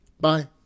Bye